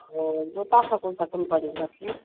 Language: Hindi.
हाँ जूता का कौन सी कम्पनी है अपने